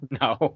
no